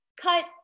cut